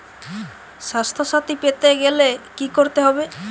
স্বাস্থসাথী পেতে গেলে কি করতে হবে?